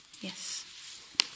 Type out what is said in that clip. Yes